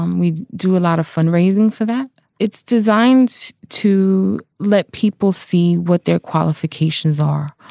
um we do a lot of fundraising for that. it's designed to let people see what their qualifications are,